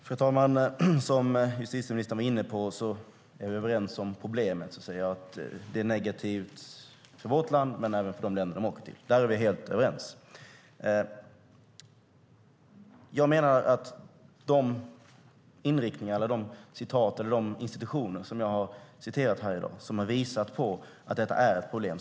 Fru talman! Som justitieministern var inne på är vi överens om problemet: Det är negativt för vårt land men även för de länder de åker till. Där är vi helt överens. Jag menar att de institutioner som jag har nämnt här i dag har visat att detta är ett problem.